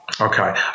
Okay